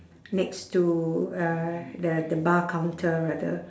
next to uh the the bar counter rather